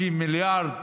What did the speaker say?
30 מיליארד.